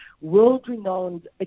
world-renowned